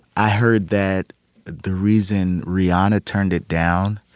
i heard that the reason rihanna turned it down